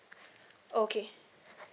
okay